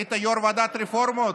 היית יו"ר ועדת הרפורמות.